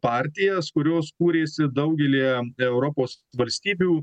partijas kurios kūrėsi daugelyje europos valstybių